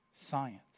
Science